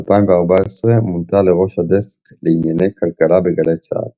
ב-2014 מונתה לראש הדסק לענייני כלכלה בגלי צה"ל.